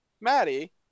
Maddie